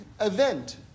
event